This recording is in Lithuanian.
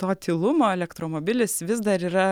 to tylumo elektromobilis vis dar yra